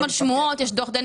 אדוני,